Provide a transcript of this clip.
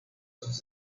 sus